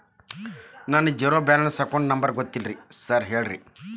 ನನ್ನ zero balance account number ಗೊತ್ತಿಲ್ಲ sir ಹೇಳ್ತೇರಿ?